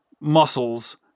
muscles